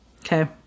Okay